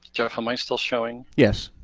geoff, am i still showing? yes.